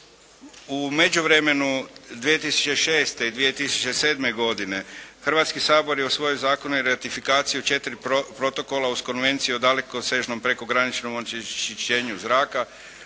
U međuvremenu 2006. i 2007. godine Hrvatski sabor je usvojio zakone i ratifikaciju o četiri protokola uz Konvenciju o dalekosežnom prekograničnom onečišćenju zraka,